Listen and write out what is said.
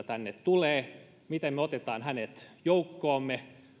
tänne tulee miten me otamme hänet joukkoomme